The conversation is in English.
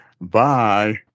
bye